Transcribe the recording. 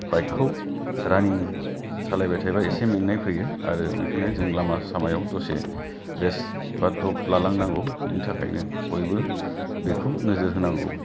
बाइकखौ रानिं सालायबाय थायोब्ला एसे मेंनाय फैयो आरो बेखायनो जों लामा सामायाव दसे रेस्ट बा ड्रप लालांनांगौ बिनि थाखायनो बयबो बेखौ नोजोर होनांगौ